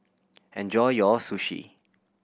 enjoy your Sushi